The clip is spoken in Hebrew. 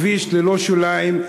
כביש ללא שוליים,